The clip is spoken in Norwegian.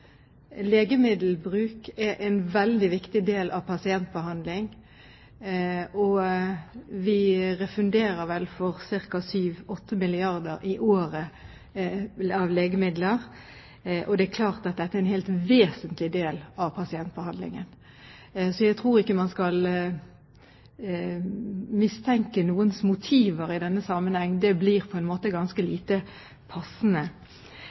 Legemiddelbruk er en veldig viktig del av pasientbehandlingen, og vi refunderer legemidler for ca. 7–8 milliarder kr i året. Det er klart at dette er en helt vesentlig del av pasientbehandlingen, så jeg tror ikke man skal mistenke noens motiver i denne sammenheng. Det blir på en måte ganske lite passende.